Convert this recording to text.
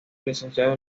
licenciado